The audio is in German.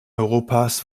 europas